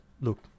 look